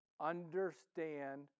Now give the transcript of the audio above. Understand